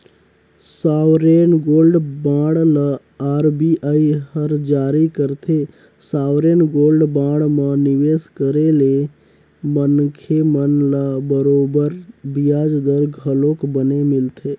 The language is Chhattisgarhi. सॉवरेन गोल्ड बांड ल आर.बी.आई हर जारी करथे, सॉवरेन गोल्ड बांड म निवेस करे ले मनखे मन ल बरोबर बियाज दर घलोक बने मिलथे